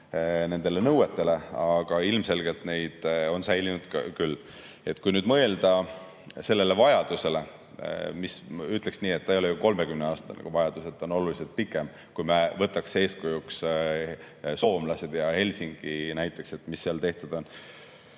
vastavad nõuetele, aga ilmselgelt neid on säilinud küll. Kui nüüd mõelda sellele vajadusele, mis, ütleks nii, ei ole ju 30‑aastane, vajadus on oluliselt pikem, siis kui me võtaks eeskujuks soomlased ja Helsingi näiteks, mis seal tehtud on